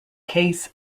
case